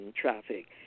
traffic